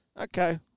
Okay